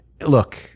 look